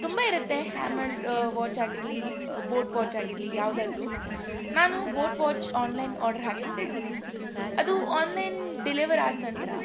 ತುಂಬ ಇರುತ್ತೆ Hammer watch ಆಗಿರಲಿ ಬೋಟ್ ವಾಚ್ ಆಗಿರಲಿ ಯಾವುದಾದ್ರೂ ನಾನು ಬೋಟ್ ವಾಚ್ ಆನ್ಲೈನ್ ಆರ್ಡ್ರ್ ಹಾಕಿದ್ದೆ ಅದು ಆನ್ಲೈನ್ ಡಿಲೆವರ್ ಆದ ನಂತರ